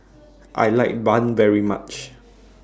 I like Bun very much